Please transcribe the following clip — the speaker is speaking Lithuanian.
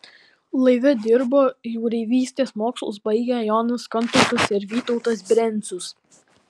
laive dirbo jūreivystės mokslus baigę jonas kantautas ir vytautas brencius